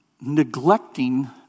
neglecting